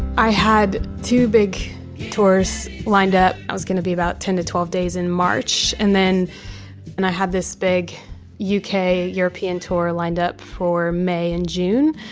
i had two big tours lined up. it was gonna be about ten to twelve days in march. and then and i had this big u. k. european tour lined up for may and june.